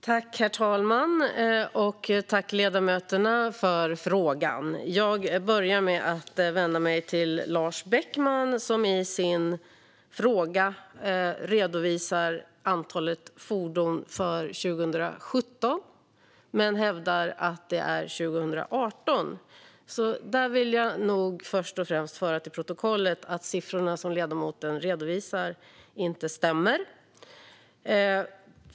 Herr talman! Tack, ledamöterna, för frågorna! Jag börjar med att vända mig till Lars Beckman, som i sin fråga redovisar antalet fordon för 2017 men hävdar att det är 2018. Där vill jag nog först och främst föra till protokollet att siffrorna som ledamoten redovisar inte stämmer.